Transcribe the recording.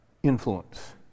Influence